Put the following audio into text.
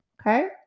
okay